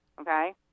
okay